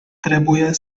trebuie